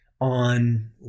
on